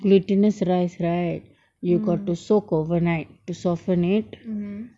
glutinous rice right you got to soak overnight to soften it